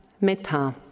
metta